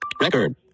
record